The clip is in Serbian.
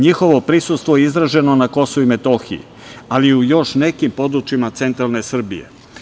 Njihovo prisustvo je izraženo na Kosovu i Metohiji, ali i u još nekim područjima centralne Srbije.